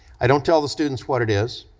i don't tell the students what it is,